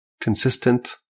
consistent